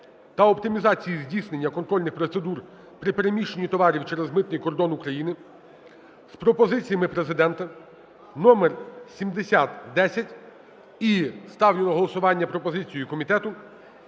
та оптимізації здійснення контрольних процедур при переміщенні товарів через митний кордон України з пропозиціями Президента (№7010). І ставлю на голосування пропозицію комітету